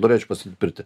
norėčiau pastatyti pirtį